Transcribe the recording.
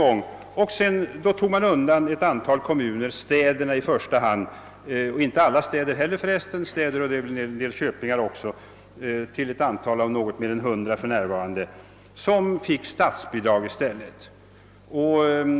Ett visst antal kommuner — främst städer och en del köpingar — undantogs, och för närvarande är det cirka 100 kommuner som får statsbidrag.